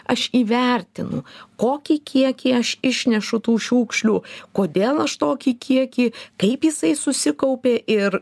aš įvertinu kokį kiekį aš išnešu tų šiukšlių kodėl aš tokį kiekį kaip jisai susikaupė ir